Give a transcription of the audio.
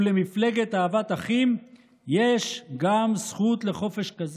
ולמפלגת אהבת אחים יש גם זכות לחופש כזה.